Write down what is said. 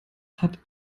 hat